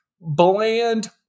bland